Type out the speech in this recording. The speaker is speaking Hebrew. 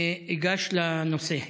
אגש לנושא.